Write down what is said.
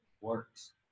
works